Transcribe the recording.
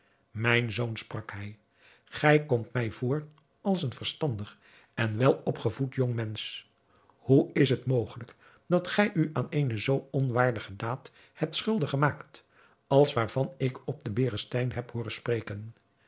mijn zoon sprak hij gij komt mij voor als een verstandig en welopgevoed jongmensch hoe is het mogelijk dat gij u aan eene zoo onwaardige daad hebt schuldig gemaakt als waarvan ik op den berestein heb hooren spreken